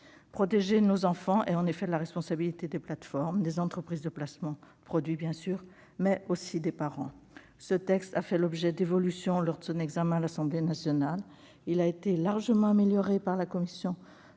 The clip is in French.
protection des enfants est de la responsabilité des plateformes, des entreprises de placement de produits, mais aussi des parents. Ce texte a fait l'objet d'évolutions lors de son examen à l'Assemblée nationale et a été largement amélioré par notre commission de